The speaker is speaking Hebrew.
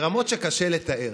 ברמות שקשה לתאר.